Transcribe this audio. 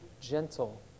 gentle